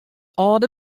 âlde